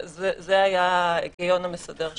זה היה ההיגיון המסדר שלנו.